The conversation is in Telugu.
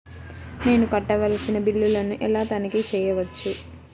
నేను కట్టవలసిన బిల్లులను ఎలా తనిఖీ చెయ్యవచ్చు?